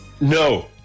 no